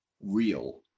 real